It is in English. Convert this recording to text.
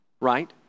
right